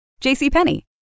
JCPenney